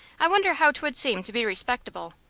i wonder how twould seem to be respectable.